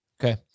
Okay